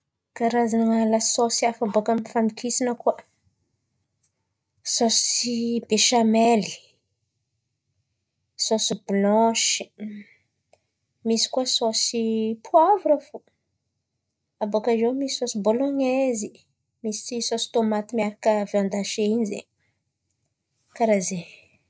Karazan̈a lasôsy haiko bôkà amin'ny fandokisan̈a koà: sôsy beshamely, sôsy blanshy, misy koà sôsy poivra fo. Abôkà eo misy sôsy bôlônezy, misy sôsy tômaty miaraka viandashe in̈y zen̈y, karà zen̈y.